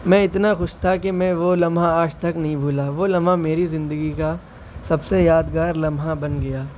میں اتنا خوش تھا کہ میں وہ لمحہ آج تک نہیں بھولا وہ لمحہ میری زندگی کا سب سے یادگار لمحہ بن گیا